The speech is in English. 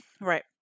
Right